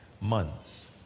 months